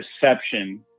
perception